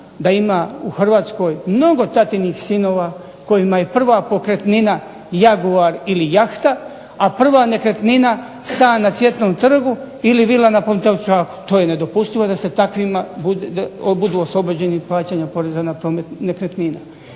da ima u Hrvatskoj mnogo "tatinih sinova" kojima je prva pokretnina jaguar ili jahta, a prva nekretnina stan na Cvijetnom trgu ili vila na Pantovčaku. To je nedopustivo da se takvima, budu oslobođeni plaćanja poreza na promet nekretnina.